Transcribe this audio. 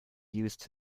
used